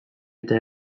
eta